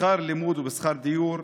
בשכר לימוד ובשכר דיור?